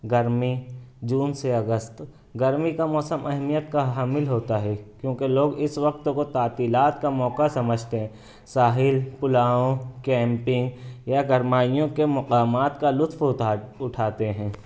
گرمی جون سے اگست تک گرمی کا موسم اہمیت کا حامل ہوتا ہے کیوں کہ لوگ اس وقت کو تعطیلات کا موقع سمجھتے ہیں ساحل پلاؤں کیمپنگ یا گرمائیوں کے مقامات کا لطف اٹھاتے ہیں